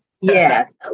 Yes